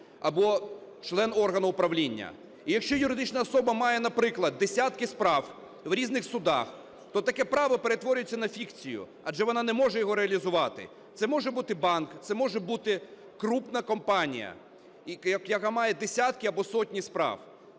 або член органу управління. І якщо юридична особа має, наприклад, десятки справ в різних судах, то таке право перетворюється на фікцію, адже вона не може його реалізувати. Це може бути банк, це може бути крупна компанія, яка має десятки або сотні справ.